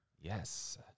Yes